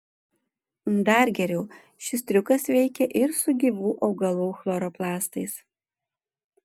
dar geriau šis triukas veikia ir su gyvų augalų chloroplastais